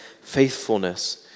faithfulness